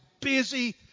busy